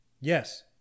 Yes